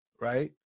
right